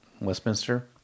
Westminster